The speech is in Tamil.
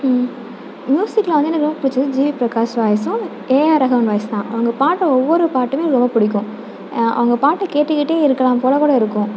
மியூசிக்கில் வந்து எனக்கு ரொம்ப பிடிச்சது ஜிவி பிரகாஷ் வாய்ஸும் ஏஆர் ரஹ்மான் வாய்ஸ் தான் அவங்க பாடுற ஒவ்வொரு பாட்டுமே ரொம்ப பிடிக்கும் அவங்க பாட்டை கேட்டுக்கிட்டே இருக்கலாம் போல் கூட இருக்கும்